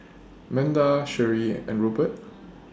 Manda Sheree and Rupert